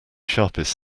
sharpest